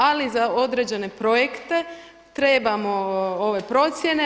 Ali za određene projekte trebamo procjene.